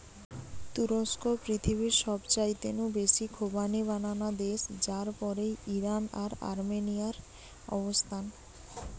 তুরস্ক পৃথিবীর সবচাইতে নু বেশি খোবানি বানানা দেশ যার পরেই ইরান আর আর্মেনিয়ার অবস্থান